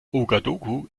ouagadougou